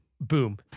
boom